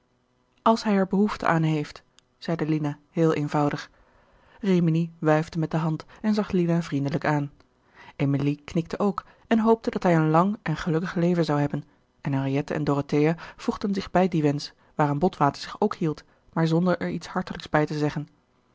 als hij er behoefte aan heeft zeide lina heel eenvoudig rimini wuifde met de hand en zag lina vriendelijk aan emilie knikte ook en hoopte dat hij een lang en gelukkig leven zou hebben en henriette en dorothea voegden zich bij dien wensch waaraan botwater zich ook hield maar zonder er iets hartelijks bij te zeggen